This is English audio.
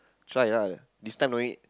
try ah this time no need